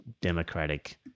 democratic